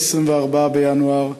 24 בינואר,